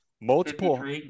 Multiple